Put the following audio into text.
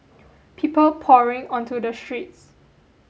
people pouring onto the streets